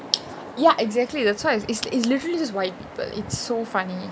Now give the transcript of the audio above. ya exactly that's why is is is literally just white people it's so funny